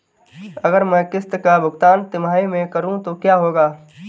अगर मैं किश्त का भुगतान तिमाही में करूं तो क्या होगा?